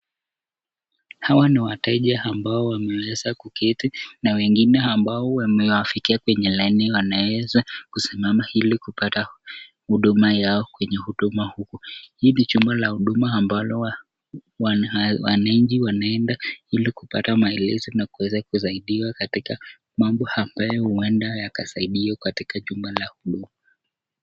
Hawa ni wateja ambao wameweza kuketi na wengine ambao wamewafikia penye laini, wanaeza kusimama ili kupata huduma yao kwenye huduma huku. Hii ni jumba la huduma ambalo wananchi wanaenda ili kupata maelezo na kuweza kusaidiwa katika mambo ambayo huenda yakasaidiwa katika jumba la huduma.